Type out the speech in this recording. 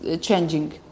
changing